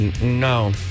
No